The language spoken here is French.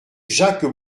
jacques